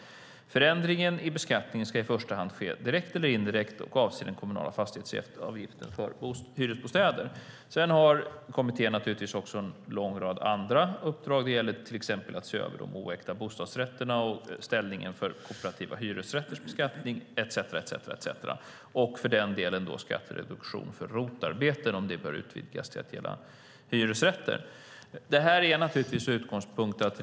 Förändringarna i beskattningen ska i första hand, direkt eller indirekt, avse den kommunala fastighetsavgiften för hyresbostäder." Kommittén har naturligtvis också en lång rad andra uppdrag. Det gäller till exempel att se över de oäkta bostadsrätterna och ställningen för kooperativa hyresrätters beskattning etcetera. Det gäller för den delen också om skattereduktion för ROT-arbete bör utvidgas till att gälla hyresrätter. Det här är naturligtvis utgångspunkten.